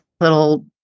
little